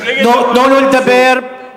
תנו לו לדבר,